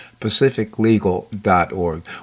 Pacificlegal.org